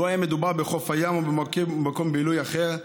לו היה מדובר בחוף הים או במקום בילוי אחר,